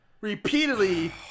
repeatedly